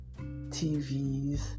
TVs